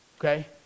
Okay